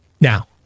Now